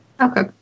Okay